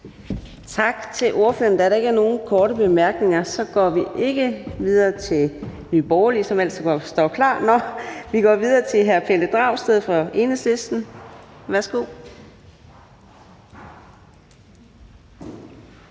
Tak til ordføreren. Da der ikke er nogen korte bemærkninger, går vi ikke videre til Nye Borgerlige, som ellers står klar. Vi går videre til hr. Pelle Dragsted fra Enhedslisten.